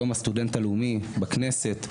יום הסטודנט הלאומי בכנסת,